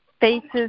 faces